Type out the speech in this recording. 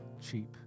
cheap